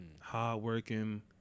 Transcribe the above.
hardworking